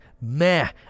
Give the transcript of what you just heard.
meh